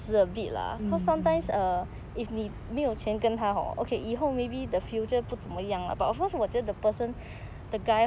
mm mm